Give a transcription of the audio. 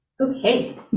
okay